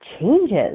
changes